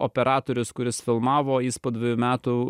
operatorius kuris filmavo jis po dvejų metų